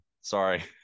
sorry